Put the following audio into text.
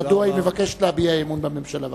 מדוע היא מבקשת להביע אי-אמון בממשלה.